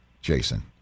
Jason